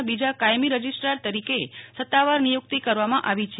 ના બીજા કાયમી રજિસ્ટ્રાર તરીકે સત્તાવાર નિયુક્તિ કરવામાં આવી છે